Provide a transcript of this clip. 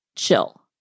chill